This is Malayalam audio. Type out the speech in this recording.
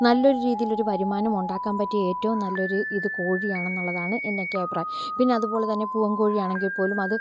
നല്ലൊരു രീതിയിലൊരു വരുമാനം ഉണ്ടാക്കാൻ പറ്റിയ ഏറ്റവും നല്ലൊരു ഇത് കോഴിയാണെന്നുള്ളതാണ് എനിക്ക് അഭിപ്രായം പിന്നതു പോലെതന്നെ പൂവൻ കോഴിയാണെങ്കിൽപ്പോലും അത്